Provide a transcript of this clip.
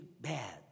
bad